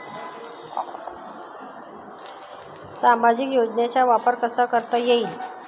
सामाजिक योजनेचा वापर कसा करता येईल?